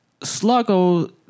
Sluggo